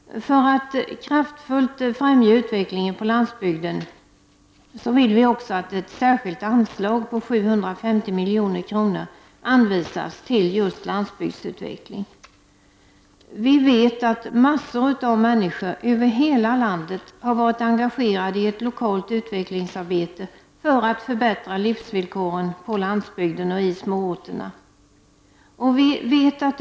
För att kraftfullt främja utvecklingen på landsbygden vill vi också att ett särskilt anslag på 750 milj.kr. anvisas till just landsbygdsutveckling. Vi vet att massor av människor — över hela landet — har varit engagerade i ett lokalt utvecklingsarbete för att förbättra livsvillkoren på landsbygden och i småorterna.